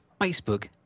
Facebook